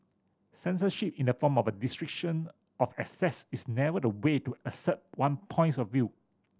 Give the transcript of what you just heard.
censorship in the form of a restriction of access is never the way to assert one points of view